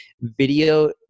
Video